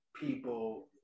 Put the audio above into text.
people